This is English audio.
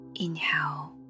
Inhale